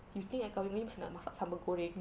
you think I kahwin ni mesti nak masak sambal goreng